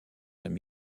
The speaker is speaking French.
saint